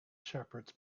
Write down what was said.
shepherds